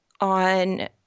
on